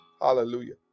Hallelujah